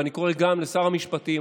ואני קורא גם לשר המשפטים,